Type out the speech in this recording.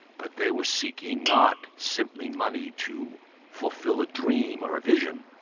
but they were seeking not simply money to fulfil a dream or a vision,